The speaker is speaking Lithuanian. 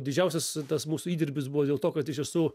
didžiausias tas mūsų įdirbis buvo dėl to kad esu